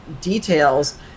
details